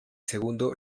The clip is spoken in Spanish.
segundo